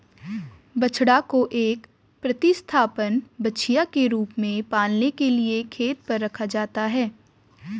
बछड़ा को एक प्रतिस्थापन बछिया के रूप में पालने के लिए खेत पर रखा जाता है